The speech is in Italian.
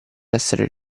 essere